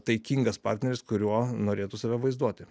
taikingas partneris kuriuo norėtų save vaizduoti